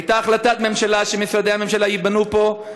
הייתה החלטת ממשלה שמשרדי הממשלה ייבנו פה.